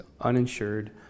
uninsured